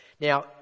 Now